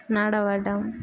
నడవడం